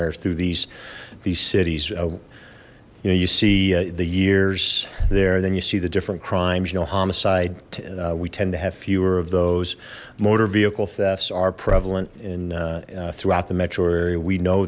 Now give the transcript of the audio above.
areas through these these cities you know you see the years there then you see the different crimes you know homicide we tend to have fewer of those motor vehicle thefts are prevalent in throughout the metro area we know